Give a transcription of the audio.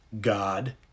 God